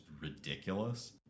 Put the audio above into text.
ridiculous